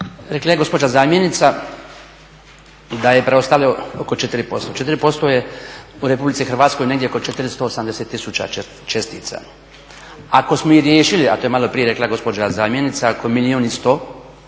rekla je gospođa zamjenica da je preostalo oko 4%, 4% je u RH negdje oko 480 tisuća čestica. Ako smo ih riješili, a to je maloprije rekla gospođa zamjenica, ako milijun i 100